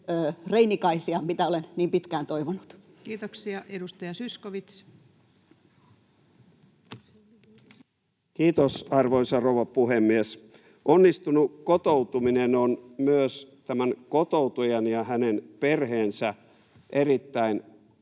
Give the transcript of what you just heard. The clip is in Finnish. lähiöreinikaisia, mitä olen niin pitkään toivonut? Kiitoksia. — Edustaja Zyskowicz. Kiitos, arvoisa rouva puhemies! Onnistunut kotoutuminen on myös kotoutujan ja hänen perheensä erittäin